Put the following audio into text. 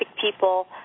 people